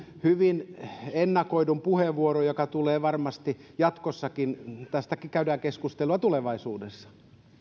hyvin ennakoidun puheenvuoron joka tulee varmasti jatkossakin kun tästä käydään keskustelua tulevaisuudessa